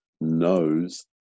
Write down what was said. knows